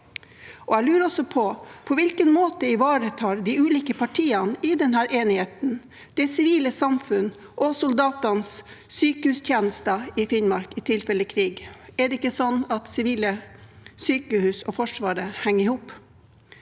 Jeg lurer også på: På hvilken måte ivaretar de ulike partiene i denne enigheten det sivile samfunn og soldatenes sykehustjenester i Finnmark i tilfelle krig? Er det ikke sånn at sivile sykehus og Forsvaret henger i hop?